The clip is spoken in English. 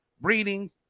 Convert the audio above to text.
breeding